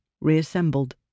reassembled